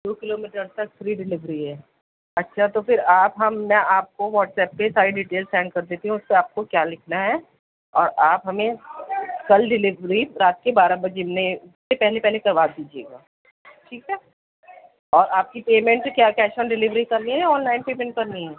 to kilometre تک free delivery ہے اچھا تو پھر آپ ہم میں آپ کو واٹس ایپ پہ ساری ڈیٹیل سینڈ کر دیتی ہوں اس سے آپ کو کیا لکھنا ہے اور آپ ہمیں کل ڈلیوری رات کے بارہ بجے میں سے پہلے پہلے کروا دیجیے گا ٹھیک ہے اور آپ کی پیمنٹ کیا کیش آن ڈلیوری کرنی ہے یا آن لائن پیمنٹ کرنی ہے